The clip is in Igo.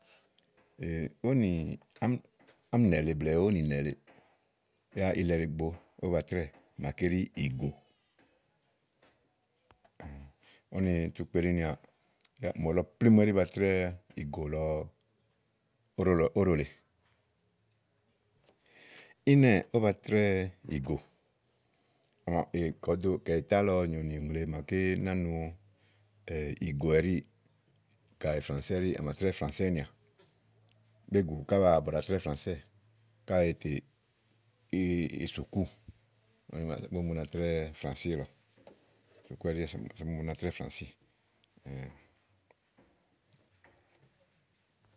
ówò nì, ám, ám nɛ̀ lèe blɛ̀ɛ ówò nìnɛ̀ lèe, ya ilɛ ɖìigbo ówó ba trɛ́ɛ̀ màaké ɖiìgò tu kpelinìà mò lɔ plémú ɛɖí ba trɛ́ɛ ìgò lɔ, òɖò lèe ímɛ̀ ówó ba trɛ́ɛ ìgò kɛ ìtálɔ ùŋle màa ná. nu ìgò ɛɖíì, kayi frãnsɛ́ɛ̀ ɛɖíì, à mà trɛ́ɛ frã sɛ́ɛ̀ nĩà, bégù ká ba bìà bù ɖa trɛ́ɛ frãsɛ́ɛ̀ káèè tè ìsùkúù úni bú na trɛ́ɛ frãsíì lɔ sùkúù bú na trɛ̀ɛ frãsíì.